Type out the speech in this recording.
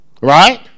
Right